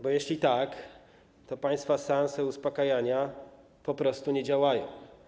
Bo jeśli tak, to państwa seanse uspokajania po prostu nie działają.